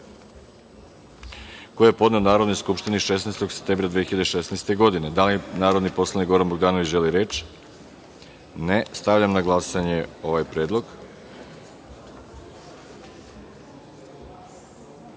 koji je podneo Narodnoj skupštini 16. septembra 2016. godine. Da li narodni poslanik Goran Bogdanović želi reč? (Ne.)Stavljam na glasanje ovaj